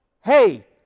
Hey